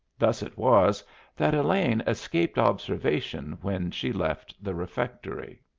thus it was that elaine escaped observation when she left the refectory.